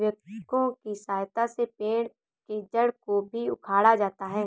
backhoe की सहायता से पेड़ के जड़ को भी उखाड़ा जाता है